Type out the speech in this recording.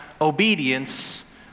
obedience